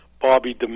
Bobby